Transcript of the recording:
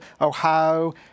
Ohio